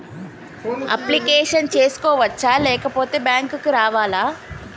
Application చేసుకోవచ్చా లేకపోతే bank రావాలా?